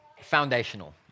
foundational